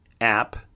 app